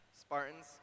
Spartans